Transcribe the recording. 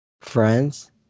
Friends